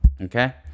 okay